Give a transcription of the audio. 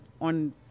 on